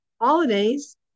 holidays